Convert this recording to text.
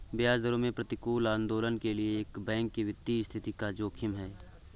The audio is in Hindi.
ब्याज दरों में प्रतिकूल आंदोलनों के लिए एक बैंक की वित्तीय स्थिति का जोखिम है